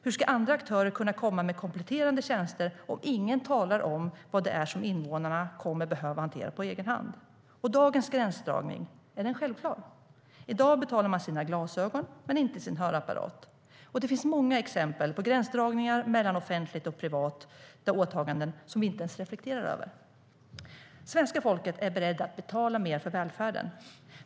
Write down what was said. Hur ska andra aktörer kunna komma med kompletterande tjänster om ingen talar om vad det är som invånarna kommer att behöva hantera på egen hand? Och dagens gränsdragning, är den självklar? I dag betalar man sina glasögon men inte sin hörapparat. Det finns många exempel på gränsdragningar mellan offentliga och privata åtaganden som vi inte ens reflekterar över. Svenska folket är berett att betala mer för välfärden.